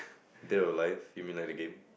they're alive you mean like the game